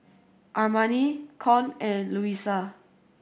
Armani Con and Luisa